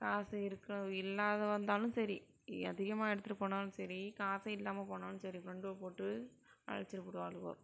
காசு இருக்கோ இல்லாதவள் வந்தாலும் சரி அதிகமாக எடுத்துகிட்டு போனாலும் சரி காசே இல்லாமல் போனாலும் சரி ஃப்ரண்டுகோ போட்டு அழைச்சிட்டு போடுவாளுவோ